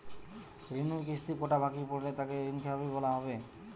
ঋণের কিস্তি কটা বাকি পড়লে তাকে ঋণখেলাপি বলা হবে?